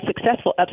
successful